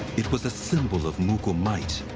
it was a symbol of mughal might.